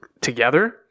together